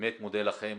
באמת מודה לכם.